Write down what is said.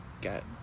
get